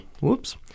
Whoops